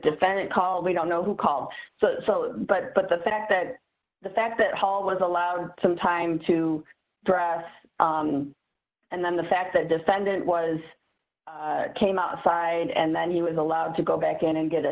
defendant called we don't know who called so but but the fact that the fact that hall was allowed some time to drive and then the fact that defendant was came outside and then he was allowed to go back in and get a